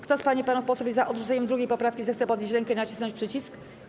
Kto z pań i panów posłów jest za odrzuceniem 2. poprawki, zechce podnieść rękę i nacisnąć przycisk.